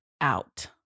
out